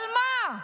אבל מה,